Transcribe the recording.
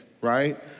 right